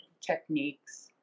techniques